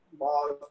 laws